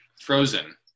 frozen